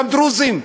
גם דרוזים,